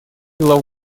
глав